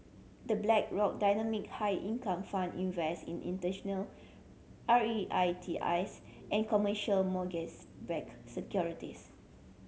The Blackrock Dynamic High Income Fund invest in international R E I T S and commercial mortgage backed securities